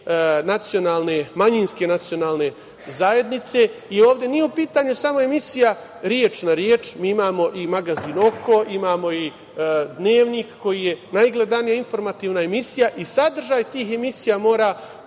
manjinske nacionalne zajedniceOvde nije u pitanju samo emisija „Reč na reč“, mi imamo i „Magazin oko“, imamo i „Dnevnik“ koji je najgledanija informativna emisija, i sadržaj tih emisija mora